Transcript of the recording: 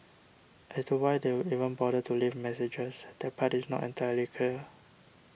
as to why they would even bother to leave messages that part is not entirely clear